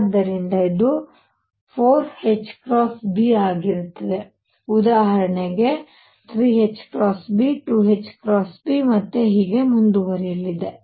ಆದ್ದರಿಂದ ಇದು 4 B ಆಗಿರುತ್ತದೆ ಉದಾಹರಣೆಗೆ 3 B 2 B ಮತ್ತು ಹೀಗೆ ಮುಂದುವರಿಯುತ್ತದೆ